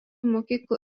mokyklų